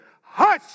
hush